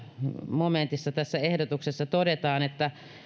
momentissa tässä ehdotuksessa todetaan että